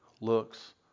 looks